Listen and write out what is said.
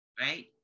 right